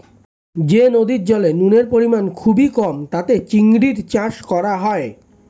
যে নদীর জলে নুনের পরিমাণ খুবই কম তাতে চিংড়ির চাষ করা হয়